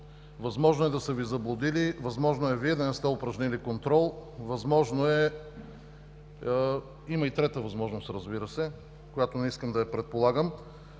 възможно е да са Ви заблудили, възможно е Вие да не сте упражнили контрол. Има и трета възможност, разбира се, която не искам да предполагам.